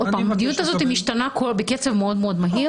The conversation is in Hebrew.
עוד פעם, המדיניות הזאת משתנה בקצב מאוד מהיר.